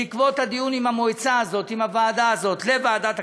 בעקבות הדיון עם המועצה הזאת, עם הוועדה הזאת,